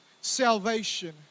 salvation